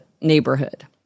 neighborhood